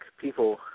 People